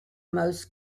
most